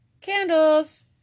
Candles